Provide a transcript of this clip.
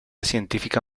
científica